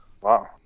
Wow